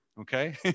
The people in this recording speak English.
okay